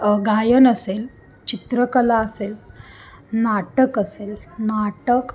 गायन असेल चित्रकला असेल नाटक असेल नाटक